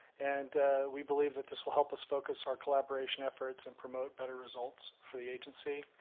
and we believe that this will help us focus our collaboration efforts and promote better results for the agency.